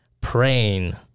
praying